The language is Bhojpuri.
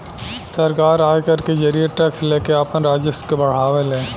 सरकार आयकर के जरिए टैक्स लेके आपन राजस्व के बढ़ावे ले